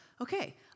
okay